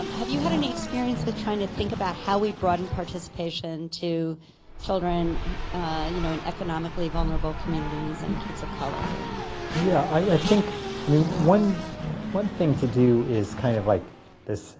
um have you had any experience with trying to think about how we broaden participation to children you know in economically vulnerable communities and kids of color? and yeah, i think i mean one one thing to do is kind of like this